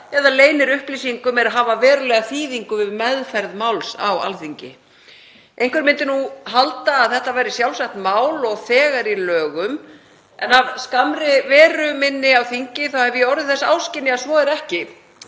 eða leynir upplýsingum er hafa verulega þýðingu við meðferð máls á Alþingi. Einhver myndi nú halda að þetta væri sjálfsagt mál og þegar í lögum en af skammri veru minni á þingi hef ég orðið þess áskynja að svo er ekki